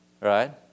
Right